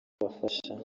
bafasha